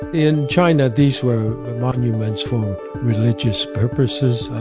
in china, these were monuments for religious purposes,